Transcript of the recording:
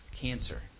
cancer